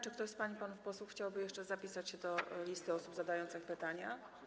Czy ktoś z pań i panów posłów chciałby jeszcze zapisać się na liście osób zadających pytania?